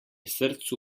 srcu